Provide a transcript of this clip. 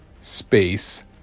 space